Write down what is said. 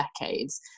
decades